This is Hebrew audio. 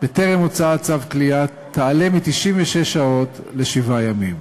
בטרם הוצאת צו כליאה, תעלה מ־96 שעות לשבעה ימים.